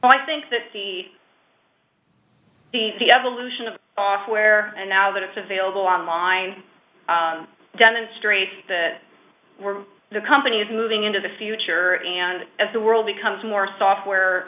well i think that the the the evolution of software and now that it's available online demonstrates that the company is moving into the future and as the world becomes more software